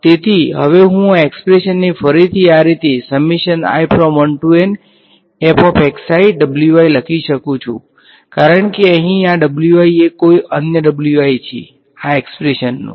તેથી હવે હું આ એક્સપ્રેશનને ફરીથી આ રીતે લખી શકું છું કારણ કે અહીં આ એ કોઈ અન્ય છે આ એક્સપ્રેશનનુ